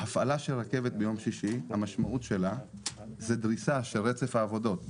המשמעות של הפעלת רכבת ביום שישי זה דריסה של רצף העבודות.